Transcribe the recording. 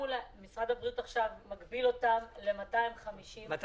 משרד הבריאות עכשיו מגביל אותם ל-250 איש.